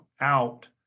out